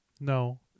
No